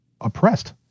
oppressed